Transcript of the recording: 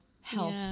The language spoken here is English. health